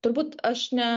turbūt aš ne